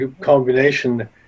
combination